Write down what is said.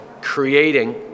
creating